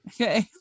okay